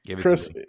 chris